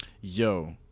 Yo